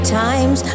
times